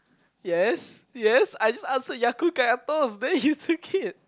yes yes I just answer Ya-Kun kaya toast then you took it